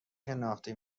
شناخته